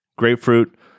Grapefruit